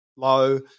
low